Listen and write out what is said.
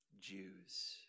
jews